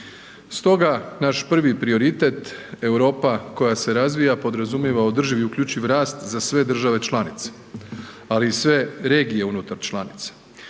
Stoga naš prvi prioritet Europa koja se razvija podrazumijeva održiv i uključiv rast za sve države članice, ali i sve regije unutar članica.